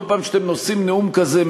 כל פעם שאתם נושאים נאום כזה,